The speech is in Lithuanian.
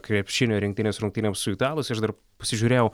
krepšinio rinktinės rungtynėms su italais aš dar pasižiūrėjau